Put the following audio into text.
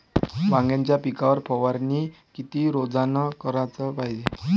वांग्याच्या पिकावर फवारनी किती रोजानं कराच पायजे?